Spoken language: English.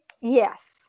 Yes